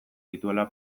dituela